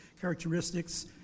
characteristics